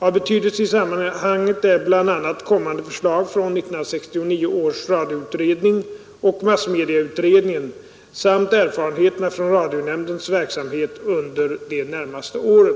Av betydelse i sammanhanget är bl.a. kommande förslag från 1969 års radioutredning och massmedieutredningen samt erfarenheterna från radionämndens verksamhet under de närmaste åren.